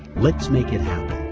let's make it happen.